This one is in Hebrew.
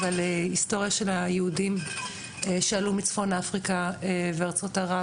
אבל היסטוריה של היהודים שעלו מצפון אפריקה וארצות ערב,